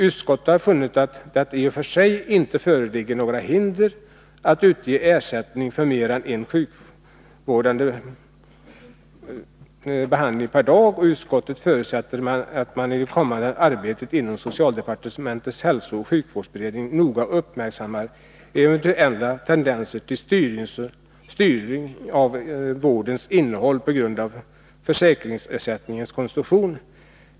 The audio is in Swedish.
Utskottet har funnit att det i och för sig inte föreligger några hinder att utge ersättning för mer än en sjukvårdande behandling per dag. Utskottet förutsätter också att man i det kommande arbetet inom socialdepartementets hälsooch sjukvårdsberedning noga uppmärksammar eventuella tendenser till styrning av vårdens innehåll på grund av försäkringsersättningens konstruktion.